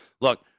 look